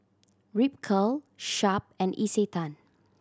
Ripcurl Sharp and Isetan